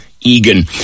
Egan